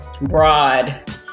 broad